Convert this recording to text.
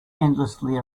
endlessly